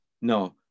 No